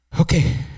Okay